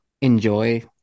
enjoy